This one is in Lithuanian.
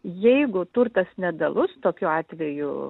jeigu turtas nedalus tokiu atveju